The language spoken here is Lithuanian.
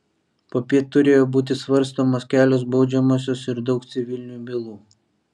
popiet turėjo būti svarstomos kelios baudžiamosios ir daug civilinių bylų